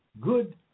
good